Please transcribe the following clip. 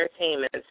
entertainment